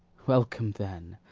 welcome, then,